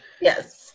Yes